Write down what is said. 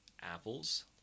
apples